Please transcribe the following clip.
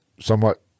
somewhat